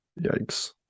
Yikes